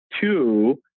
two